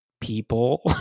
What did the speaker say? people